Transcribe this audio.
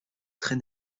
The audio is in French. très